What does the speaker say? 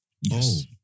Yes